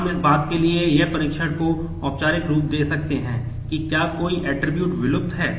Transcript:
हम इस बात के लिए एक परीक्षण को औपचारिक रूप दे सकते हैं कि क्या कोई ऐट्रिब्यूट विलुप्त है